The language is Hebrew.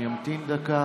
אני אמתין דקה.